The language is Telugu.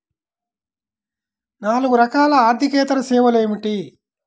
నాలుగు రకాల ఆర్థికేతర సేవలు ఏమిటీ?